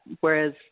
Whereas